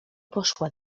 poszła